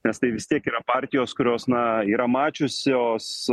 nes tai vis tiek yra partijos kurios na yra mačiusios